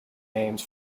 names